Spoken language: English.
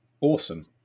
awesome